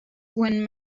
when